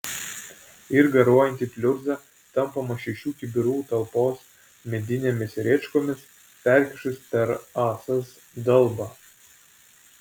ir garuojanti pliurza tampoma šešių kibirų talpos medinėmis rėčkomis perkišus per ąsas dalbą